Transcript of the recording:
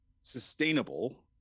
sustainable